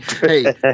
Hey